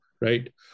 right